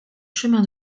chemin